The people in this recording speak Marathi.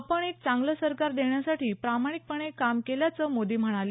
आपण एक चांगलं सरकार देण्यासाठी प्रामाणिकपणे काम केल्याचं मोदी म्हणाले